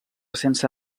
sense